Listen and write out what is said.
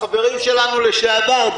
החברים שלנו לשעבר,